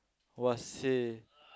!wah! seh